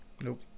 Nope